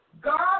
God